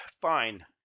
fine